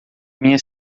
minha